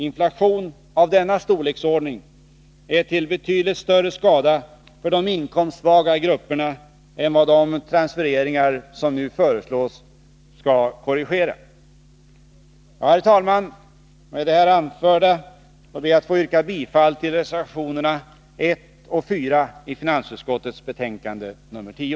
Inflation av denna storleksordning är till betydligt större skada för de inkomstsvaga grupperna än vad de transfereringar som nu föreslås kan korrigera. Herr talman! Med det anförda ber jag att få yrka bifall till reservationerna Nr 50